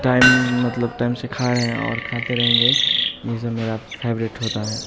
time मतलब से खा रहें और खाते रहेंगे ये सब मेरा फेवरेट होता है